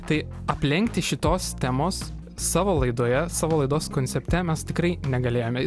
tai aplenkti šitos temos savo laidoje savo laidos koncepte mes tikrai negalėjome